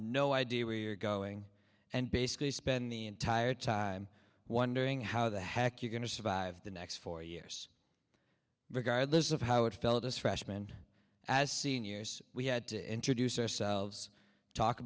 no idea where you're going and basically spend the entire time wondering how the heck you're going to survive the next four years regardless of how it felt as freshman as seniors we had to introduce ourselves talk